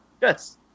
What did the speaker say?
Yes